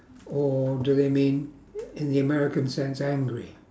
or do they mean in the american sense angry